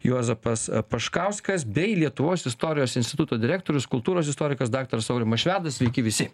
juozapas paškauskas bei lietuvos istorijos instituto direktorius kultūros istorikas daktaras aurimas švedas sveiki visi